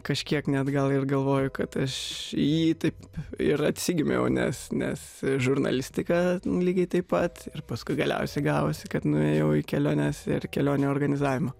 kažkiek net gal ir galvoju kad aš į jį taip ir atsigimiau nes nes žurnalistika lygiai taip pat ir paskui galiausiai gavosi kad nuėjau į keliones ir kelionių organizavimą